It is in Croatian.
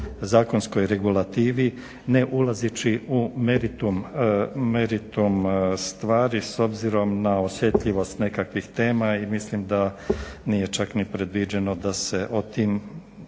zakonskoj regulativi, ne ulazeći u meritum stvari s obzirom na osjetljivost nekakvih tema i mislim da nije čak ni predviđeno da se o tim